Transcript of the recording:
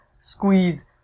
squeeze